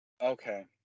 Okay